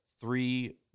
three